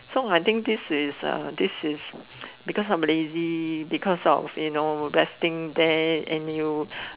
so I think this is uh this is because I'm lazy because of resting there and you